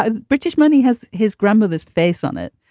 ah the british money has his grandmother's face on it,